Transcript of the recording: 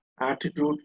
attitude